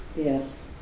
Yes